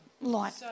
light